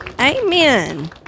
amen